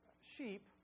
Sheep